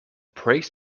prays